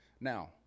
now